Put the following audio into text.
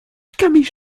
camille